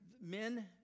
men